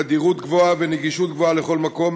תדירות גבוהה ונגישות גבוהה לכל מקום,